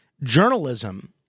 journalism